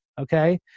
Okay